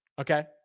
Okay